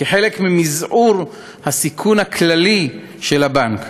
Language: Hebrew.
כחלק ממזעור הסיכון הכללי של הבנק.